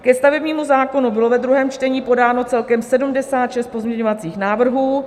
Ke stavebnímu zákonu bylo ve druhém čtení podáno celkem 76 pozměňovacích návrhů.